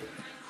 כן.